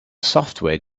software